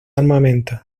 armamento